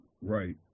right